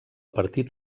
partit